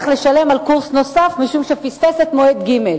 לשלם על קורס נוסף משום שפספס את מועד ג'.